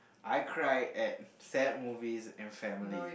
I cry at sad movies and family